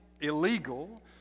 illegal